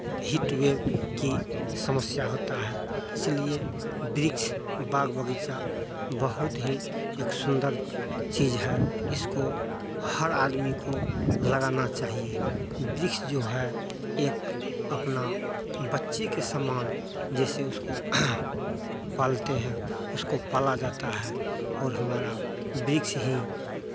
heat wave की समस्या होता है इसलिए वृक्ष बाग बगीचा बहुत ही एक सुन्दर चीज़ है इसको हर आदमी को लगाना चाहिए वृक्ष जो है एक अपना बच्चे के समान जैसे उसको पालते हैं उसको पाला जाता है और हमारा वृछ ही